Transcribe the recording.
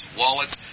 wallets